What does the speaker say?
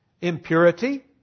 impurity